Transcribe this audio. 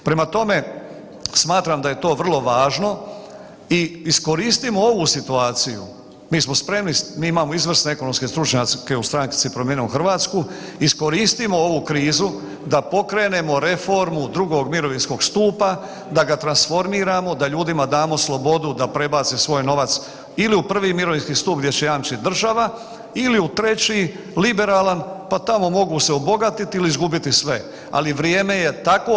Prema tome, smatram da je to vrlo važno i iskoristimo ovu situaciju, mi smo spremni, mi imamo izvrsne ekonomske stručnjake u stranci Promijenimo Hrvatsku, iskoristimo ovu krizu da pokrenemo reformu drugog mirovinskog stupa, da ga transformiramo, da ljudima damo slobodu da prebace svoj novac ili u prvi mirovinski stup gdje će jamčit država ili u treći liberalan pa tamo mogu se obogatiti ili izgubiti sve, ali vrijeme je tako.